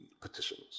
petitions